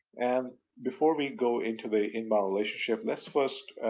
and before we go into the inbound relationship, let's first